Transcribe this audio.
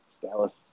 Dallas